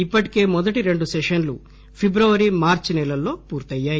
ఇప్పటికే మొదటి రెండు సెషన్లు ఫిట్రవరి మార్చి సెలల్లో పూర్తయ్యాయి